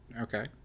Okay